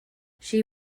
she